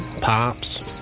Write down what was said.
Pops